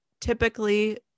typically